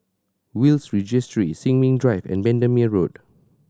Will's Registry Sin Ming Drive and Bendemeer Road